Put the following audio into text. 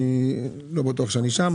אני לא בטוח שאני שם,